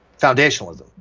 foundationalism